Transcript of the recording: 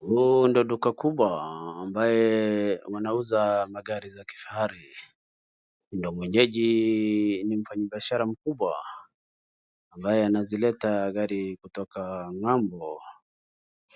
Huu ndoo duka kubwa ambaye wanauza magari za kifahari ndoo mwenyeji ni mfanyi biashara mkubwa ambaye anazileta gari kutoka ng'ambo